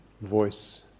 voice